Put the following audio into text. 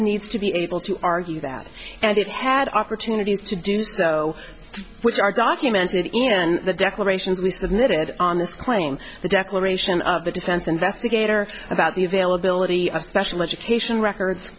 needs to be able to argue that and it had opportunities to do so which are documented and the declarations we submitted on this claim the declaration of the defense investigator about the availability of special education records